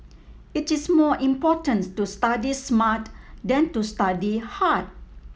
it is more important to study smart than to study hard